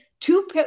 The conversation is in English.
two